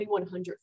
2,100